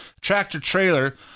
tractor-trailer